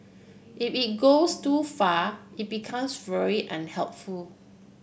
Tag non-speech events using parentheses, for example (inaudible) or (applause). if it goes too far it becomes (unintelligible) unhelpful